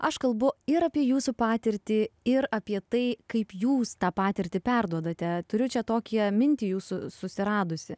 aš kalbu ir apie jūsų patirtį ir apie tai kaip jūs tą patirtį perduodate turiu čia tokią mintį jūsų susiradusi